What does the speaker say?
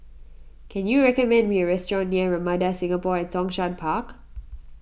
can you recommend me a restaurant near Ramada Singapore at Zhongshan Park